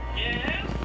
yes